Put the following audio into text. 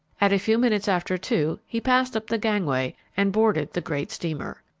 at a few minutes after two, he passed up the gangway and boarded the great steamer.